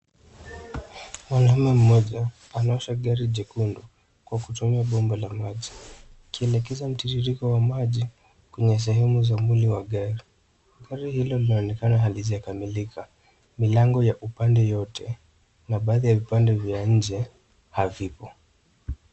Mwanaume mmoja anaosha gari jekundu kwa kutumia bomba la maji, akielekeza mtiririko wa maji kwenye sehemu ya mwili wa gari. Gari hilo linaonekana halijakamilika, milango ya upande yote na baadhi ya vipande vya nje havipo.